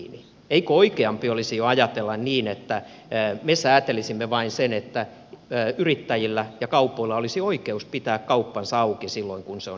eikö oikeampi olisi jo ajatella niin että me säätelisimme vain sen että yrittäjillä ja kaupoilla olisi oikeus pitää kauppansa auki silloin kun se on järkevää